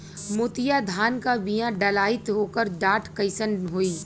मोतिया धान क बिया डलाईत ओकर डाठ कइसन होइ?